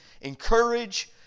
Encourage